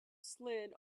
slid